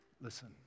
Listen